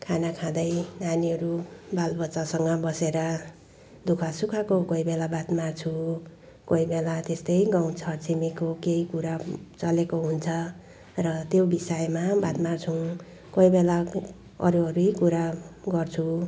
खाना खाँदै नानीहरू बालबच्चासँग बसेर दुःखसुखको कोही बेला बात मार्छु कोही बेला त्यस्तै गाउँ छरछिमेकीको केही कुरा चलेको हुन्छ र त्यो विषयमा बात मार्छौँ कोही बेला अरू अरू कुरा गर्छौँ